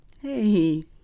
hey